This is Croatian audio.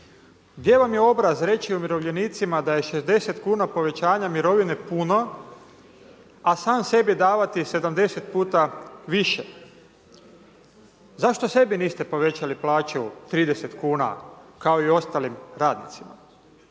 Gdje vam je obraz reći umirovljenicima, da je 60 kn, povećanja mirovine puno, a sam sebi davati 70 puta više. Zašto sebi niste povećali plaću 30 kn, kao i ostali radnici?